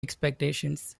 expectations